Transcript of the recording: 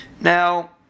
Now